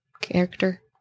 character